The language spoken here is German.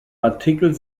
artikel